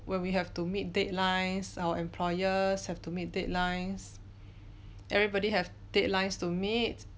where we have to meet deadlines our employer have to meet deadlines everybody have deadlines to meet